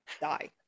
die